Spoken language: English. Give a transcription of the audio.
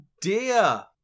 dear